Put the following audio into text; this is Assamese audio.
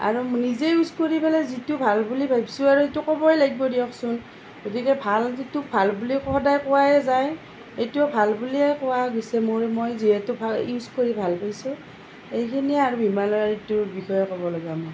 আৰু নিজে ইউজ কৰি পেলাই যিটো ভাল বুলি ভাবিছোঁ আৰু সেইটো ক'বই লাগিব দিয়কচোন গতিকে ভাল যিটো ভাল বুলি সদায় কোৱাই যায় এইটোও ভাল বুলিয়েই কোৱা গৈছে মোৰ মই যিহেতু ভা ইউচ কৰি ভাল পাইছোঁ এইখিনিয়েই আৰু হিমালয়াৰ এইটোৰ বিষয়ে ক'ব লগা মোৰ